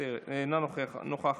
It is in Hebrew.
אינה נוכחת,